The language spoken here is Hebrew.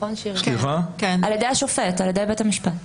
על ידי בית המשפט.